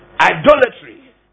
Idolatry